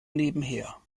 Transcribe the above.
nebenher